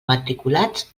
matriculats